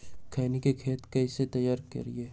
खैनी के खेत कइसे तैयार करिए?